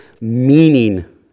meaning